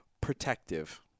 Protective